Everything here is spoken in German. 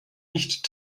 nicht